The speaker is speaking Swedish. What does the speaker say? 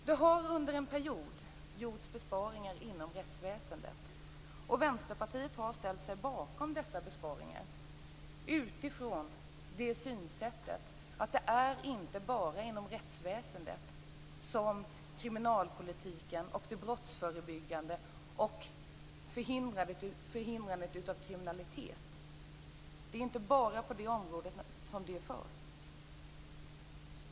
Det har under en period gjorts besparingar inom rättsväsendet, och Vänsterpartiet har ställt sig bakom dessa besparingar utifrån det synsättet att det inte bara är inom rättsväsendet som kriminalpolitiken, det brottsförebyggande arbetet och förhindrandet av kriminalitet äger rum.